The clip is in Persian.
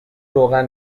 روغن